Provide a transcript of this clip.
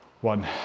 one